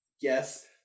Yes